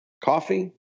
Coffee